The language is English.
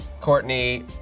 Courtney